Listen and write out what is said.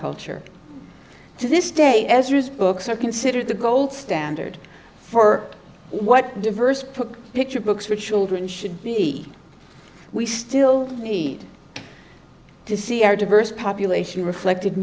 culture to this day as use books are considered the gold standard for what diverse put picture books for children should be we still need to see our diverse population reflected